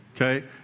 Okay